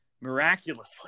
miraculously